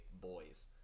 boys